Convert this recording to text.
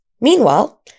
Meanwhile